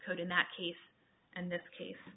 code in that case and this case